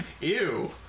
Ew